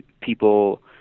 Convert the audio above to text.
people